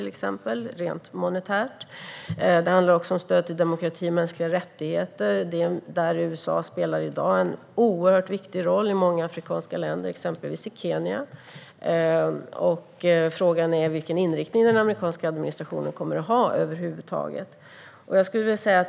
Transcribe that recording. Oron handlar också om stödet till demokrati och mänskliga rättigheter, där USA i dag spelar en oerhört viktig roll i många afrikanska länder, exempelvis i Kenya. Frågan är vilken inriktning den amerikanska administrationen över huvud taget kommer att ha.